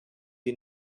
the